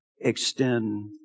Extend